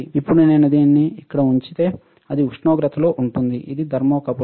ఇప్పుడు నేను దానిని ఇక్కడ ఉంచితే అది ఉష్ణోగ్రతలో ఉంటుంది ఇది థర్మోకపుల్